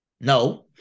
No